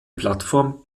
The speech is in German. plattform